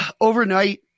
overnight